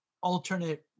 alternate